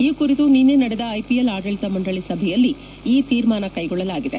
ಈ ಕುರಿತು ನಿನ್ನೆ ನಡೆದ ಐಪಿಎಲ್ ಆಡಳಿತ ಮಂಡಳಿ ಸಭೆಯಲ್ಲಿ ಈ ತೀರ್ಮಾನ ಕೈಗೊಳ್ಳಲಾಗಿದೆ